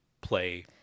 play